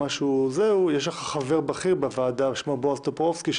יש לך חבר בכיר בוועדה ושמו בועז טופורובסקי,